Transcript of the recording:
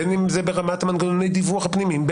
בין אם זה ברמת מנגנוני הדיווח הפנימיים,